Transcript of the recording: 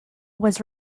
was